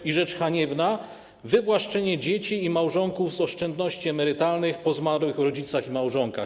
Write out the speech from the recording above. I, rzecz haniebna, wywłaszczenie dzieci i małżonków z oszczędności emerytalnych po zmarłych rodzicach i małżonkach.